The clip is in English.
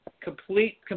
complete